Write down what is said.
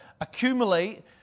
accumulate